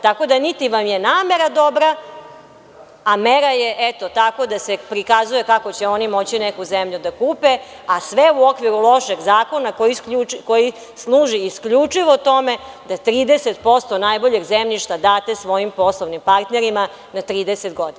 Tako da, niti vam je namera dobra, a mera je, eto tako, da se prikazuje kako će oni moći neku zemlju da kupe, a sve u okviru lošeg zakona koji služi isključivo tome da 30% najboljeg zemljišta date svojim poslovnim partnerima na 30 godina.